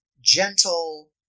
gentle